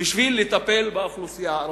בשביל לטפל באוכלוסייה הערבית.